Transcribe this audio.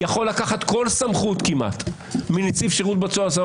יכול לקחת כל סמכות כמעט מנציב שירות בתי הסוהר,